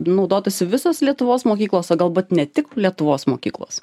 naudotųsi visos lietuvos mokyklos o galbūt ne tik lietuvos mokyklos